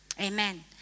Amen